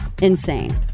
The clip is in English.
insane